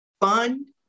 fund